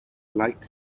light